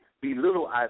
belittle